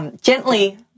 gently